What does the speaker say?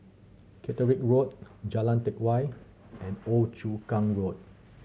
Caterick Road Jalan Teck Whye and Old Chu Kang Road